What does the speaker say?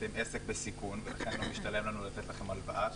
אתם עסק בסיכון ולכן לא משתלם לנו לתת לכם הלוואה,